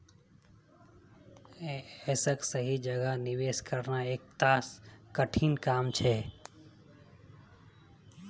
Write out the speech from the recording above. ऐसाक सही जगह निवेश करना एकता कठिन काम छेक